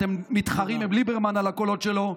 ואתם מתחרים עם ליברמן על הקולות שלו,